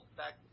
back